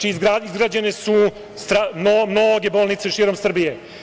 Izgrađene su mnoge bolnice širom Srbije.